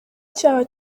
cyaha